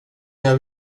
jag